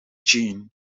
jean